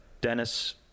dennis